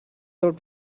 out